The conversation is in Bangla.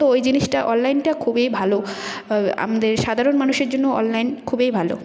তো ওই জিনিসটা অললাইনটা খুবই ভালো আমাদের সাধারণ মানুষের জন্য অললাইন খুবই ভালো